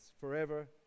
forever